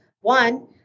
One